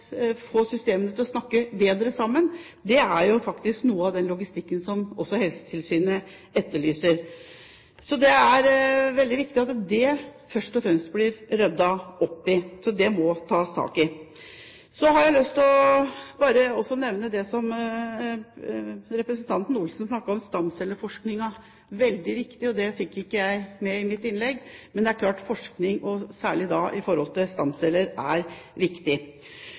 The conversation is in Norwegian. få systemene til å snakke bedre sammen er jo noe av den logistikken som også Helsetilsynet etterlyser. Så det er det veldig viktig at det først og fremst tas tak i og blir ryddet opp i. Så har jeg lyst til også å nevne det som representanten Per Arne Olsen snakket om, stamcelleforskningen. Det er veldig viktig, og det fikk jeg ikke med i mitt innlegg. Men det er klart at forskning, særlig når det gjelder stamceller, er viktig.